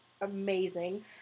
amazing